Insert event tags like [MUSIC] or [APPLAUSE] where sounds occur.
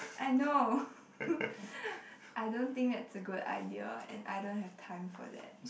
I know [LAUGHS] I don't think that's a good idea and I don't have time for that